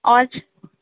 آج